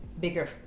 bigger